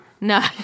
No